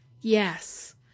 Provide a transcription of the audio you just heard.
Yes